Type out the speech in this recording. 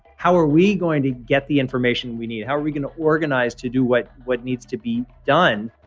how are we going to get the information we need? how are we going to organize to do what what needs to be done?